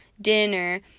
dinner